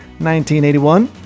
1981